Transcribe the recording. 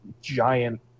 giant